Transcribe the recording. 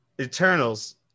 eternals